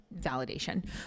validation